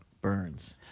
Burns